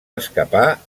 escapar